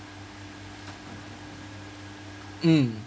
mm